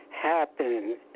happen